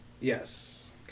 Yes